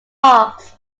fox